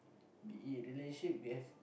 the relationship we have